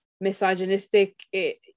misogynistic